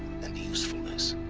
and usefulness